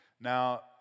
Now